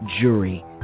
jury